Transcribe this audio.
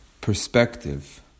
perspective